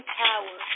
power